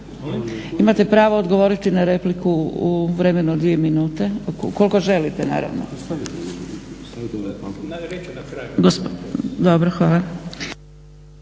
Imate pravo odgovoriti na repliku u vremenu od 2 minute, ukoliko želite naravno.